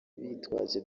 bitwaje